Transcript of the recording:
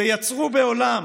תייצרו בעולם